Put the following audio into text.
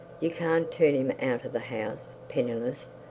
you can't turn him out of the house penniless,